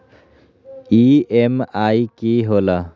EMI की होला?